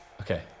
okay